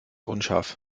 unscharf